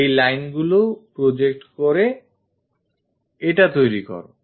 এই lineগুলি project করে এটা তৈরি করো